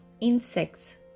insects